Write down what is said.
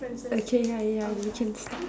okay ya ya we can start